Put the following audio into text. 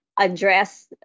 address